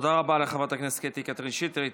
תודה רבה לחברת הכנסת קטי קטרין שטרית.